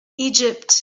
egypt